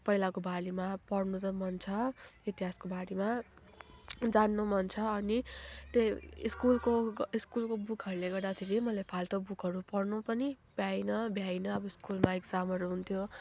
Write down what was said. पहिलाकोबारेमा पढ्नु त मन छ इतिहासकोबारेमा जान्नु मन छ अनि त्यो स्कुलको स्कुलको बुकहरूले गर्दाखेरि मलाई फाल्टो बुकहरू पढ्नु पनि भ्याइनँ भ्याइनँ अब स्कुलमा इक्जामहरू हुन्थ्यो